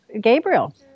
Gabriel